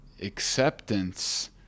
acceptance